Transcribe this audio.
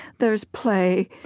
there's play,